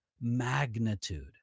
magnitude